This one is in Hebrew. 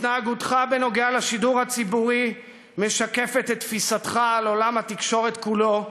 התנהגותך בנוגע לשידור הציבורי משקפת את תפיסתך על עולם התקשורת כולו,